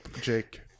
Jake